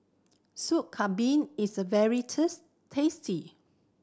Soup Kambing is very tasty